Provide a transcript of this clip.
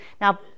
Now